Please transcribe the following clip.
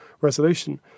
resolution